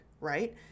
right